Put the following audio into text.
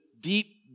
deep